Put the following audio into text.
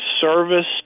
service